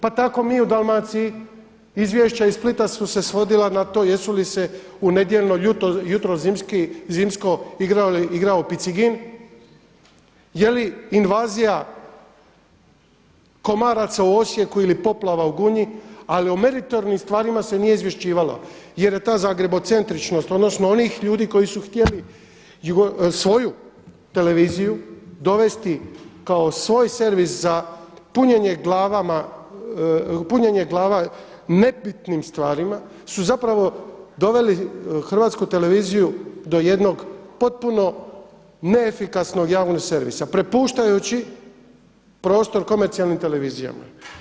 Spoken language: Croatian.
Pa tako mi u Dalmaciji izvješća iz Splita su se svodila na to jesu li se u nedjeljno jutro zimsko igrao picigin, jeli invazija komaraca u Osijeku ili poplava u Gunji ali o meritornim stvarima se nije izvješćivalo jer je ta zagrebocentričnost odnosno onih ljudi koji su htjeli svoju televiziju dovesti kao svoj servis za punjenje glava nebitnim stvarima su zapravo doveli Hrvatsku televiziju do jednog potpuno neefikasnog javnog servisa, prepuštajući prostor komercijalnim televizijama.